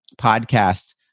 podcast